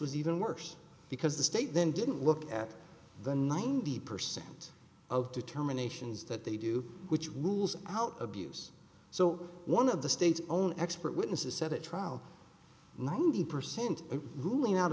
was even worse because the state then didn't look at the ninety percent of determinations that they do which rules out abuse so one of the state's own expert witnesses said a trial ninety percent ruling out